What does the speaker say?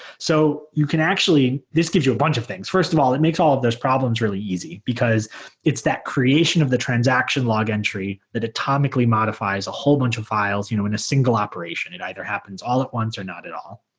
so you can actually this gives you a bunch of things. first of all, it makes all of those problems really easy, because it's that creation of the transaction log entry that atomically modifies a whole bunch of files you know in a single operation. it either happens all at once or not at all,